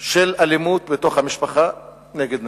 של אלימות בתוך המשפחה נגד נשים.